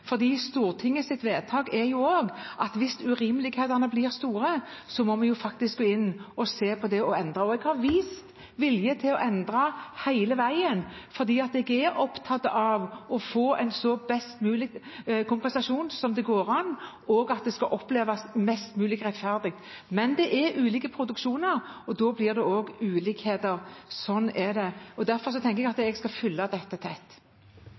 vedtak går også ut på at hvis urimelighetene blir store, må vi gå inn og se på det og endre på det. Jeg har vist vilje til å endre hele veien, for jeg er opptatt av å få en best mulig kompensasjon og at det skal oppleves mest mulig rettferdig. Men det er ulike produksjoner, og da blir det også ulikheter – slik er det. Derfor skal jeg følge dette tett. Terje Aasland – til oppfølgingsspørsmål. Arbeiderpartiet har hele veien vært helt tydelig på at